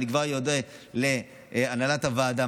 ואני כבר אודה להנהלת הוועדה,